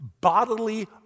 bodily